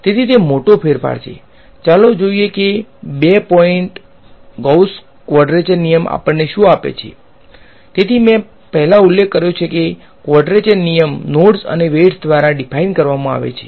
તેથી આને ઈવેલ્યુએટ કરતા ૫કરવામાં આવે છે